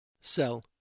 Sell